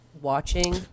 watching